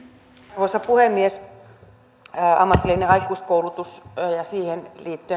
arvoisa puhemies ammatillinen aikuiskoulutus ja siihen